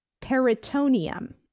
peritoneum